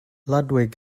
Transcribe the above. ludwig